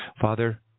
Father